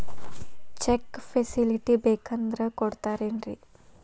Check facility ಬೇಕಂದ್ರ ಕೊಡ್ತಾರೇನ್ರಿ?